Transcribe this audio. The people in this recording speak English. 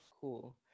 cool